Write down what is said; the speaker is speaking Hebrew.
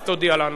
אז תודיע לנו.